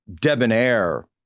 debonair